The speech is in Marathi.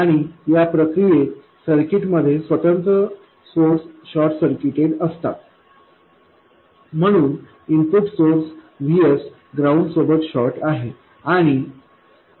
आणि या प्रक्रियेत सर्किट मध्ये स्वतंत्र सोर्स शॉर्ट सर्किटेड असतात म्हणून इनपुट सोर्स Vs ग्राउंड सोबत शॉर्ट आहे